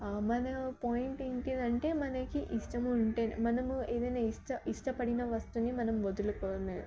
మన పాయింట్ ఏంటంటే మనకి ఇష్టం ఉంటే మనము ఏదైన ఇష్ట ఇష్టపడిన వస్తువుని మనం వదులుకోలేము